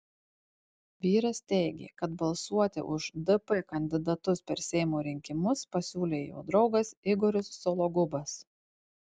vyras teigė kad balsuoti už dp kandidatus per seimo rinkimus pasiūlė jo draugas igoris sologubas